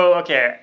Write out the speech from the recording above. okay